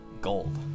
gold